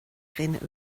dhuine